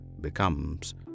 becomes